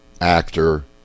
actor